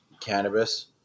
cannabis